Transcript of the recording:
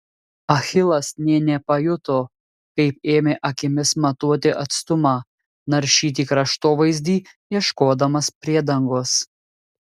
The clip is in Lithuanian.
achilas nė nepajuto kaip ėmė akimis matuoti atstumą naršyti kraštovaizdį ieškodamas priedangos